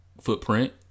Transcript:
footprint